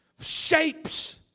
shapes